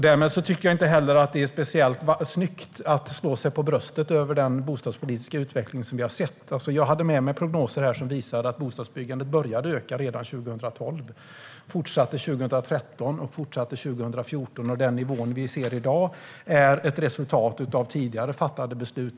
Därmed tycker jag inte heller att det är speciellt snyggt att slå sig för bröstet för den bostadspolitiska utveckling som vi har sett. Jag hade med mig prognoser som visar att bostadsbyggandet började öka redan 2012. Det fortsatte 2013 och 2014. Den nivå vi ser i dag är ett resultat av tidigare fattade beslut.